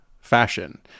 fashion